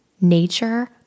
Nature